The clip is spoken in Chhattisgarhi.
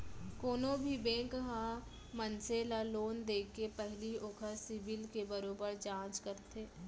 कोनो भी बेंक ह मनसे ल लोन देके पहिली ओखर सिविल के बरोबर जांच करथे